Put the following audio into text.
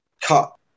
cut